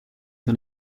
ton